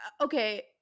okay